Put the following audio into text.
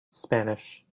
spanish